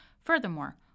Furthermore